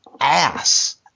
ass